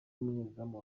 umunyezamu